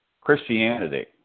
Christianity